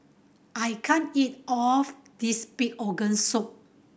I can't eat all this pig organ soup